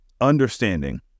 understanding